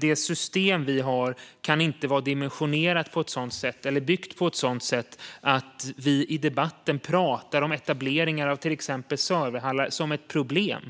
Det system vi har kan inte vara byggt på ett sådant sätt att vi i debatten talar om etableringar av till exempel serverhallar som ett problem.